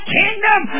kingdom